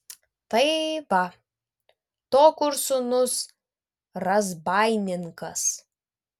tai va to kur sūnus razbaininkas